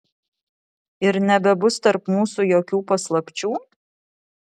ir nebebus tarp mūsų jokių paslapčių